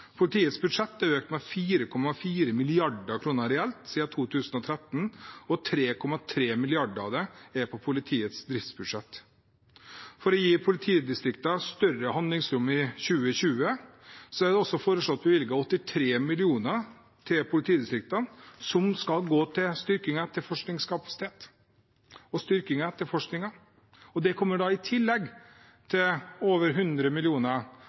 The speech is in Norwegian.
Politiets budsjett er økt med 4,4 mrd. kr reelt siden 2013, og 3,3 mrd. kr av det er på politiets driftsbudsjett. For å gi politidistriktene større handlingsrom i 2020 er det også foreslått bevilget 83 mill. kr til politidistriktene som skal gå til styrking av etterforskningskapasitet og styrking av etterforskningen, og det kommer i tillegg til over 100